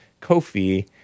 Kofi